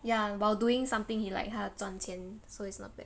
ya while doing something he like 他赚钱 so it's not bad